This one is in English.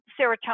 serotonin